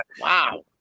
Wow